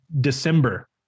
December